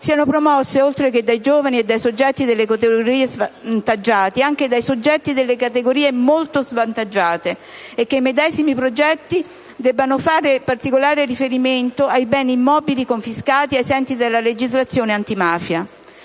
sono promossi, oltre che dai giovani e dai soggetti delle categorie svantaggiate, anche dai soggetti delle categorie molto svantaggiate e che i medesimi progetti devono fare particolare riferimento ai beni immobili confiscati ai sensi della legislazione antimafia.